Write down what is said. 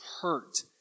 hurt